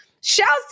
shouts